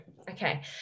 Okay